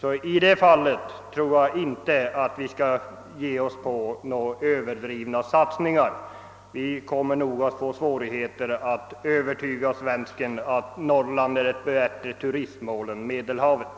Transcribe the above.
Jag anser därför att vi inte skall ge oss in på några överdrivna satsningar på detta område. Vi kommer nog att få svårt att övertyga svensken om att Norrland är ett bättre turistmål än Medelhavet.